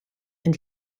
and